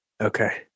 okay